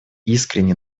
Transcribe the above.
искренне